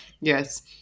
Yes